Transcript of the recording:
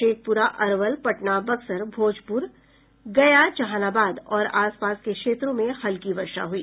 शेखपुरा अरवल पटना बक्सर भोजपुर अरवल गया जहानाबाद और आसपास के क्षेत्रों में हल्की वर्षा हुई